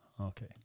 Okay